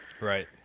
right